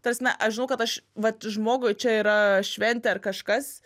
ta prasme aš žinau kad aš vat žmogui čia yra šventė ar kažkas